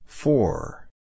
Four